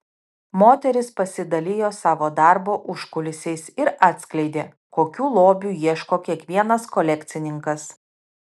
moteris pasidalijo savo darbo užkulisiais ir atskleidė kokių lobių ieško kiekvienas kolekcininkas